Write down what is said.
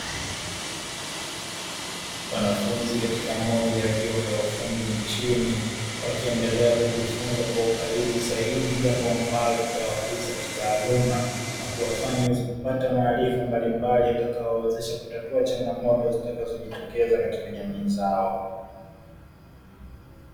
Wanafunzi katika moja ya vyuo vya ufundi nchini, wakiendelea kujifunza kwa ukaribu zaidi, jambo ambalo litawakuza kitaaluma na kuwafanya waweze kupata maarifa mbalimbali yatakaowawezesha kutatua changamoto zitakazojitokeza katika jamii zao.